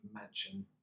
mansion